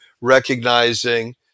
recognizing